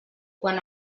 quan